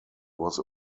was